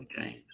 James